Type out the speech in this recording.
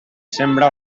sembra